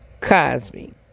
Cosby